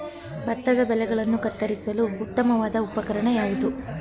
ಭತ್ತದ ಬೆಳೆಗಳನ್ನು ಕತ್ತರಿಸಲು ಉತ್ತಮವಾದ ಉಪಕರಣ ಯಾವುದು?